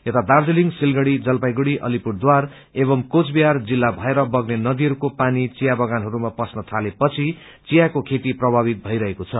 यता दाज्रीलिङ सिलगङ्गी जलपाईगुछड़ी अलीपुरद्वार एवम् कोचविहार जिल्ला भएर बग्ने नदीहरूको पानी चिया बगानहरूमा पस्न थालेपछि चियाको खेती प्रभावित भईरहेको छ